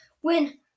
When-